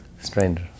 Stranger